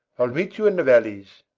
i'll meet you in the valleys.